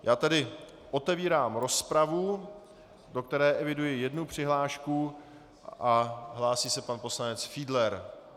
Já tedy otevírám rozpravu, do které eviduji jednu přihlášku, hlásí se pan poslanec Fiedler.